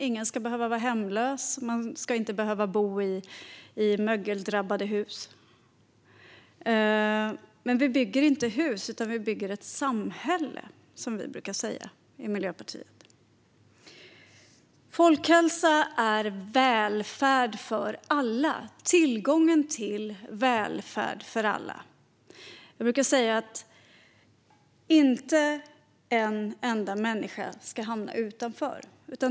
Ingen ska behöva vara hemlös. Människor ska inte behöva bo i mögeldrabbade hus. Men vi bygger inte hus. Vi bygger ett samhälle, som vi brukar säga i Miljöpartiet. Folkhälsa är välfärd för alla, tillgången till välfärd för alla. Jag brukar säga att inte en enda människa ska hamna utanför.